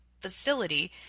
facility